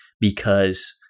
because-